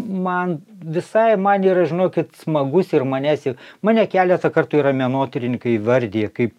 man visai man yra žinokit smagus ir manęs mane keletą kartų yra menotyrininkai įvardiją kaip